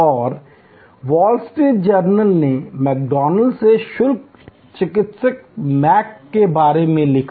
और Wall Street Journal ने McDonald's से शल्य चिकित्सा मैक के बारे में लिखा